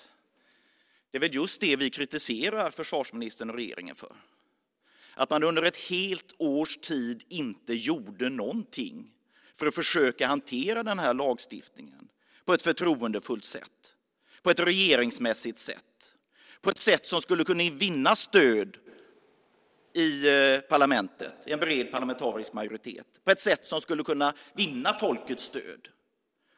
Men det är ju just det vi kritiserar försvarsministern och regeringen för, nämligen att man under ett helt års tid inte gjorde någonting för att försöka hantera den här lagstiftningen på ett förtroendeingivande och regeringsmässigt sätt som skulle kunna vinna både stöd i parlamentet i en bred parlamentarisk majoritet och folkets stöd.